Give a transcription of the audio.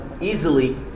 easily